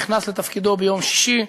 ונכנס לתפקידו ביום שישי.